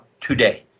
today